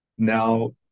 Now